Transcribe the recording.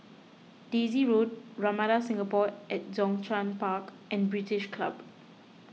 Daisy Road Ramada Singapore at Zhongshan Park and British Club